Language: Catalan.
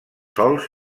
sòls